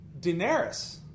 Daenerys